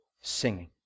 singing